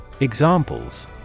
Examples